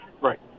Right